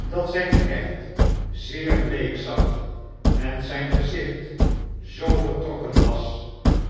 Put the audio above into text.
dat zijn knecht zeer bleek zag en zijn gezicht zoo vertrokken was